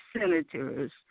senators